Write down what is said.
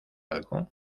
algo